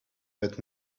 but